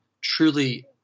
truly